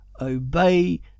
obey